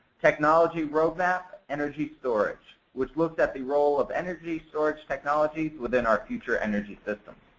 technology roadmap, energy storage, which looks at the role of energy storage technology within our future energy system.